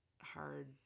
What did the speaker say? hard